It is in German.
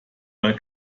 man